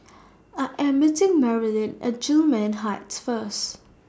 I Am meeting Marilyn At Gillman Heights First